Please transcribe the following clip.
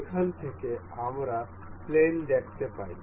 এখান থেকে আমরা প্লেন দেখতে পাই